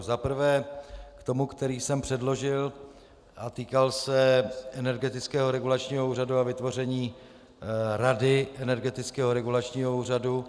Za prvé k tomu, který jsem předložil a který se týkal Energetického regulačního úřadu a vytvoření Rady Energetického regulačního úřadu.